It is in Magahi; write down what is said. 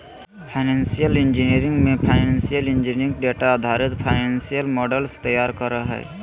फाइनेंशियल इंजीनियरिंग मे फाइनेंशियल इंजीनियर डेटा आधारित फाइनेंशियल मॉडल्स तैयार करो हय